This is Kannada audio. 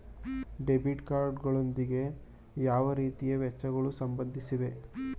ಡೆಬಿಟ್ ಕಾರ್ಡ್ ಗಳೊಂದಿಗೆ ಯಾವ ರೀತಿಯ ವೆಚ್ಚಗಳು ಸಂಬಂಧಿಸಿವೆ?